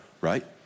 right